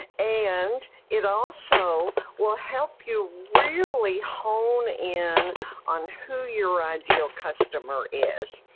ah and it also will help you really hone in on who your ideal customer is.